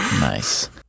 Nice